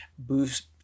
boost